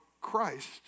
Christ